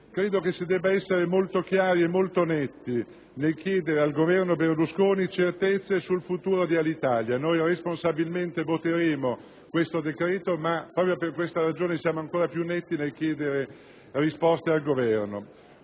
credo che si debba essere molto chiari e molto netti nel chiedere al Governo Berlusconi certezze sul futuro di Alitalia. Noi responsabilmente voteremo il decreto-legge in esame, ma proprio per questa ragione siamo ancora più netti nel chiedere risposte al Governo.